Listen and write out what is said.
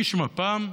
איש מפ"ם.